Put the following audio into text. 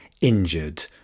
injured